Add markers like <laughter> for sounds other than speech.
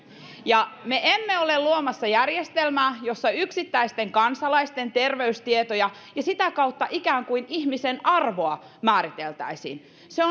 me emme ole luomassa järjestelmää jossa yksittäisten kansalaisten terveystietoja ja sitä kautta ikään kuin ihmisen arvoa määriteltäisiin se <unintelligible>